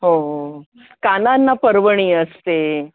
हो कानांना पर्वणी असते